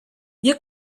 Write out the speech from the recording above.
you